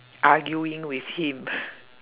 arguing with him